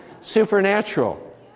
supernatural